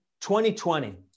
2020